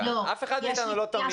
אף אחד מאתנו לא תמים.